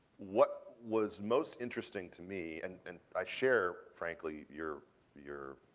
what was most interesting to me, and and i share, frankly, your your